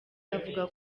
avuga